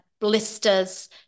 blisters